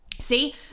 see